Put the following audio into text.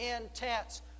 intense